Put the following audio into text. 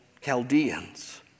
Chaldeans